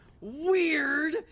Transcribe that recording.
weird